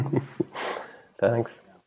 Thanks